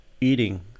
eating